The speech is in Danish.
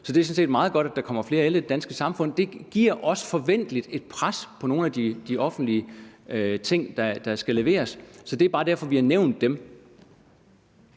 sådan set meget godt, at der kommer flere ældre i det danske samfund. Det giver også et forventeligt pres på nogle af de offentlige ting, der skal leveres, og det er bare derfor, vi har nævnt dem.